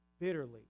bitterly